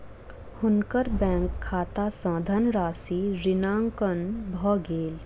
हुनकर बैंक खाता सॅ धनराशि ऋणांकन भ गेल